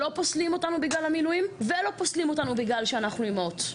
שלא פוסלים אותנו בגלל המילואים ולא פוסלים אותנו בגלל שאנחנו אימהות.